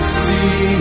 see